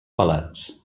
pelats